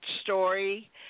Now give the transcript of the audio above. story